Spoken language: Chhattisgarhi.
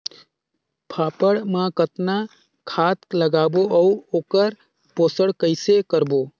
फाफण मा कतना खाद लगाबो अउ ओकर पोषण कइसे करबो?